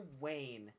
Wayne